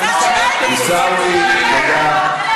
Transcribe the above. השר שטייניץ, עיסאווי, תודה.